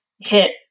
hit